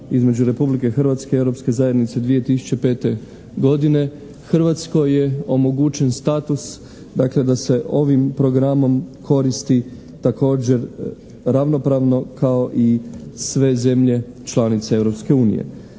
između Republike Hrvatske i Europske zajednice 2005. godine Hrvatskoj je omogućen status dakle da se ovim programom koristi također ravnopravno kao i sve zemlje članice Europske unije.